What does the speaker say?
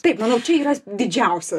taip manau čia yra didžiausia